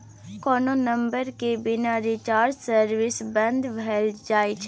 कोनो नंबर केर बिना रिचार्ज सर्विस बन्न भ जाइ छै